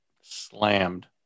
slammed